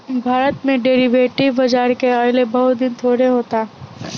भारत में डेरीवेटिव बाजार के अइले बहुत दिन थोड़े होता